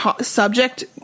subject